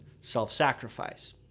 self-sacrifice